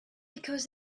because